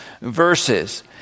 verses